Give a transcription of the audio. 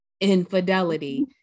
Infidelity